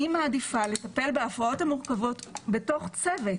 אני מעדיפה לטפל בהפרעות המורכבות בתוך צוות,